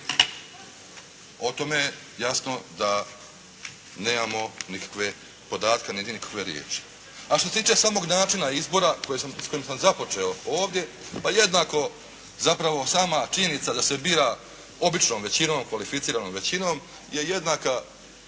O tome, jasno da nemam nikakve podatke, niti nikakve riječi. A što se tiče samog načina izbora s kojim sam započeo ovdje, pa jednako zapravo sama činjenica da se bira običnom veličinom, kvalificiranom većinom je jednako